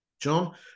john